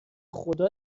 خدا